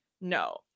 no